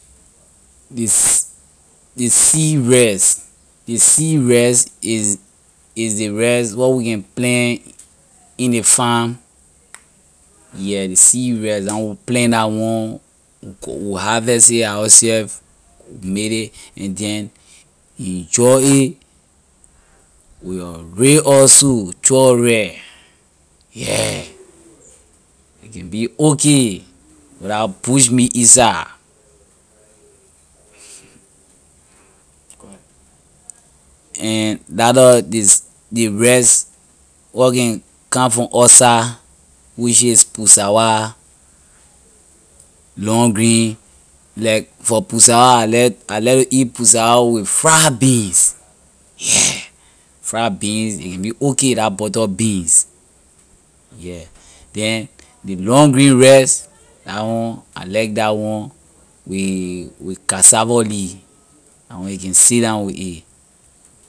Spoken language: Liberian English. Ley se- ley seed rice ley seed rice is is the rice where we can plant in ley farm yeah ley seed rice la one we plant la one we cu- we harvest it ourself we mill it and then you enjoy it with your ray oil soup chop rice, yeah! A can be okay with la bush meat inside and la lor leys ley rice where can come from outside which is pusawa long grain like for pusawa I like I like to eat pusawa with fried beans yeah fried beans a can be okay la butter beans yeah then ley long grain rice la one I like that one with with cassava leaf la one a can sit down with a.